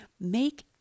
Make